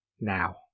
Now